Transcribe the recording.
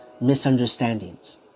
misunderstandings